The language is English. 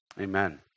Amen